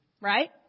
Right